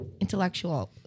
intellectual